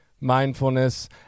mindfulness